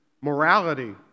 morality